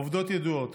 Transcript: העובדות ידועות: